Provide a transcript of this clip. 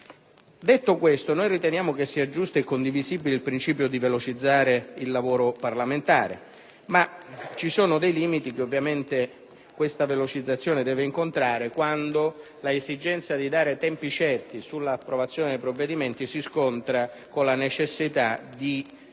Ciò detto, noi riteniamo giusto e condivisibile il principio di velocizzare il lavoro parlamentare, ma ci sono dei limiti che ovviamente tale velocizzazione deve incontrare quando l'esigenza di dare tempi certi sull'approvazione dei provvedimenti si scontra con la necessità di rendere